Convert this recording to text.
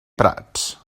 prats